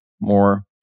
more